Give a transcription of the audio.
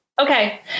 okay